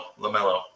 LaMelo